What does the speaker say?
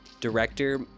Director